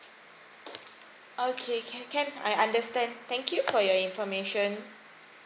okay can I understand thank you for your information